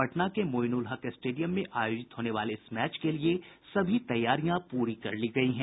पटना के मोईनुलहक स्टेडियम में आयोजित होने वाले इस मैच के लिए सभी तैयारियां पूरी कर ली गयी हैं